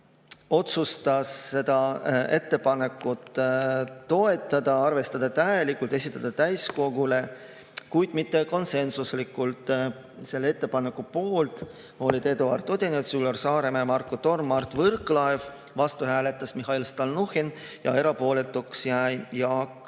otsustas seda ettepanekut toetada, arvestada täielikult ja esitada täiskogule, kuid mitte konsensuslikult. Selle ettepaneku poolt olid Eduard Odinets, Üllar Saaremäe, Marko Torm ja Mart Võrklaev, vastu hääletas Mihhail Stalnuhhin ja erapooletuks jäi Jaak